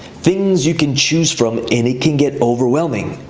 things you can choose from, and it can get overwhelming.